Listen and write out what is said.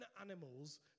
animals